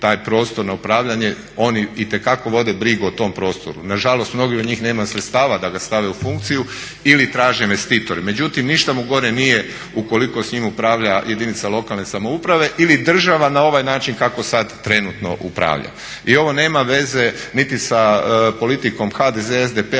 taj prostor na upravljanje oni itekako vode brigu o tom prostoru. Nažalost mnogi od njih nemaju sredstava da ga stave u funkciju ili traže investitore. Međutim, ništa mu gore nije ukoliko s njim upravlja jedinica lokalne samouprave ili država na ovaj način kako sad trenutno upravlja. I ovo nema veze niti sa politikom HDZ-a, SDP-a,